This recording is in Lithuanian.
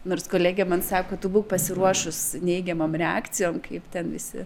nors kolegė man sako tu būk pasiruošus neigiamom reakcijom kaip ten visi